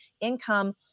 income